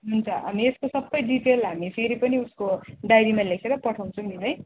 हुन्छ अनि यसको सबै डिटेल हामी फेरि पनि उसको डायरीमा लेखेर पठाउँछौँ नि है